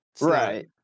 right